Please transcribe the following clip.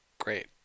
Great